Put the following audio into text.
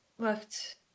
left